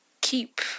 keep